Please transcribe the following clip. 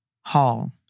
Hall